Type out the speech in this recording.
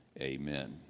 amen